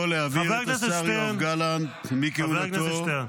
להעביר את השר יואב גלנט מכהונתו ----- חבר הכנסת שטרן,